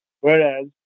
Whereas